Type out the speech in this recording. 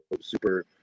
super